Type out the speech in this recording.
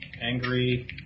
angry